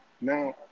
Now